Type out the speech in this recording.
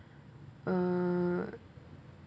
err